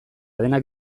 denak